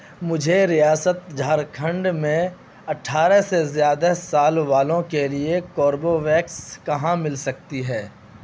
مجھے ریاست جھارکھنڈ میں اٹھارہ سے زیادہ سال والوں کے لیے کوربوویکس کہاں مل سکتی ہے